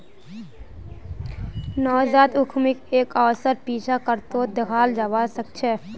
नवजात उद्यमीक एक अवसरेर पीछा करतोत दखाल जबा सके छै